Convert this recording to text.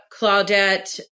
Claudette